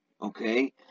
okay